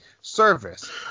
service